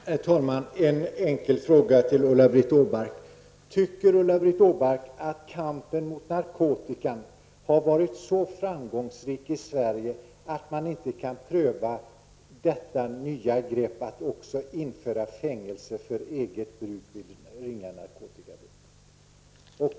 Herr talman! En enkel fråga till Ulla-Britt Åbark: Tycker Ulla-Britt Åbark att kampen mot narkotikan har varit så framgångsrik i Sverige att man inte kan pröva det nya greppet att också införa fängelse i straffskalan för eget bruk av narkotika vid ringa narkotikabrott?